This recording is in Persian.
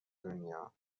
دنیام